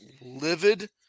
livid